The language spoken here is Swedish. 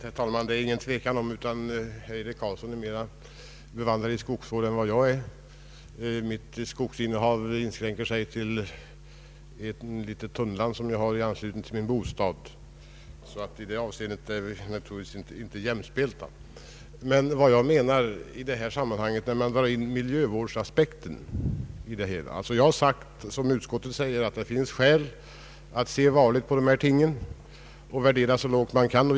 Herr talman! Det råder ingen tvekan om att herr Eric Carlsson är mer bevandrad i skogsvård än jag — mitt skogsinnehav inskränker sig till ett tunnland i anslutning till min bostad, varför vi naturligtvis i detta avseende inte är jämspelta. Men när man drar in miljövårdsaspekten i detta sammanhang vill jag, liksom utskottet, säga att det finns skäl att se varligt på dessa frågor och göra en så låg värdering som möjligt.